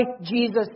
Jesus